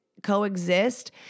Coexist